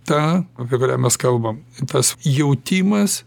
ta apie kurią mes kalbam tas jautimas